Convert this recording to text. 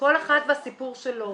כל אחד והסיפור שלו,